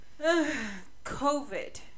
covid